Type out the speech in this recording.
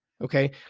Okay